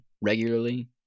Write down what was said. regularly